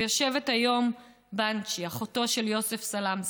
ויושבת היום בנצ'י, אחותו של יוסף סלמסה,